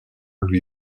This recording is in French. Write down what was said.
lui